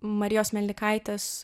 marijos melnikaitės